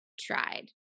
tried